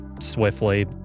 swiftly